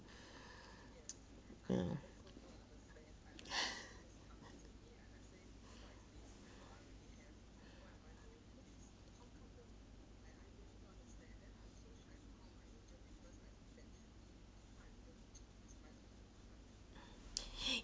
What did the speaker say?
mm